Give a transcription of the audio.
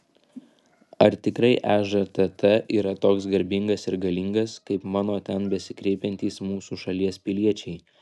ar tikrai ežtt yra toks garbingas ir galingas kaip mano ten besikreipiantys mūsų šalies piliečiai